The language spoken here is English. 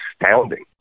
astounding